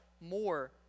more